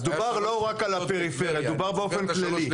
אז דובר לא רק על הפריפריה, דובר באופן כללי.